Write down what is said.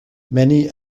many